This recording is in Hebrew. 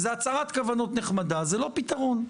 זה הצהרת כוונות נחמדה, זה לא פתרון.